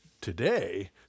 today